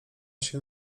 się